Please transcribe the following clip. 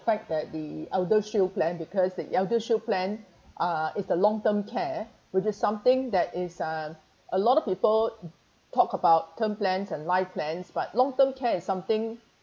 fact that the eldershield plan because the eldershield plan uh is the long term care which is something that is uh a lot of people talk about term plans and life plans but long term care is something